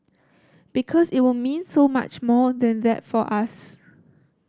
because it will mean so much more than that for us